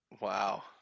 Wow